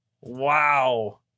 Wow